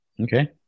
Okay